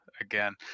again